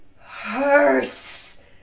hurts